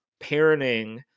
parenting